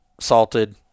Salted